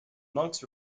monks